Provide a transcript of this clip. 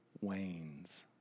wanes